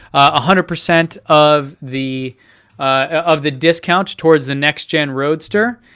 ah hundred percent of the of the discounts towards the next gen roadster.